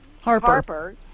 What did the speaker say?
Harper